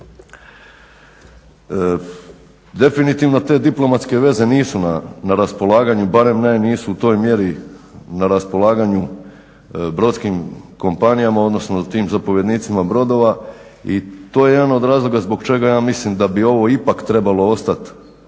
Definitivno, te diplomatske veze nisu na raspolaganju, barem ne nisu u toj mjeri na raspolaganju brodskim kompanijama, odnosno tim zapovjednicima brodova i to je jedan od razloga zbog čega ja mislim da bi ovo ipak trebalo ostat,